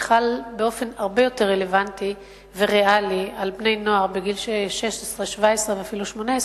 שחל באופן הרבה יותר רלוונטי וריאלי על בני-נוער בגיל 16 17 ואפילו 18,